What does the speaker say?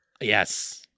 Yes